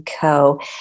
Co